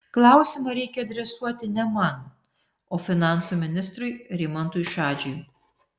klausimą reikia adresuoti ne man o finansų ministrui rimantui šadžiui